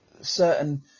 certain